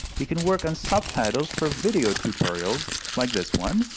you can work on subtitles for video tutorials like this one,